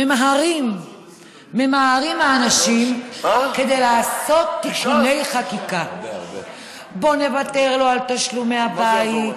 ממהרים האנשים כדי לעשות תיקוני חקיקה: בוא נוותר לו על תשלומי הבית,